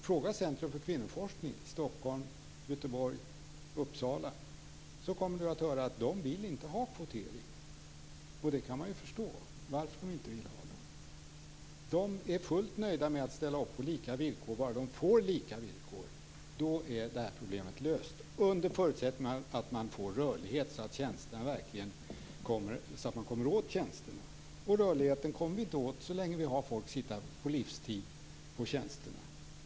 Fråga Centrum för kvinnoforskning i Stockholm, Göteborg och Uppsala. De vill inte ha kvotering, och jag kan förstå varför. De är fullt nöjda med att ställa upp på lika villkor, bara de får lika villkor. Då är det här problemet löst, under förutsättning att man får rörlighet, så att man verkligen kommer åt tjänsterna. Men rörligheten kommer vi inte åt så länge folk sitter på tjänsterna på livstid.